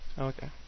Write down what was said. Okay